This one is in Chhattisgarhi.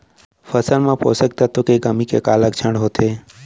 फसल मा पोसक तत्व के कमी के का लक्षण होथे?